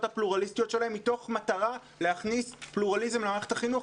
הפלורליסטיות שלהם מתוך מטרה להכניס פלורליזם למערכת החינוך.